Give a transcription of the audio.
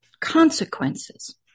consequences